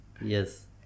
Yes